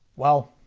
well,